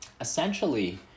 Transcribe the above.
essentially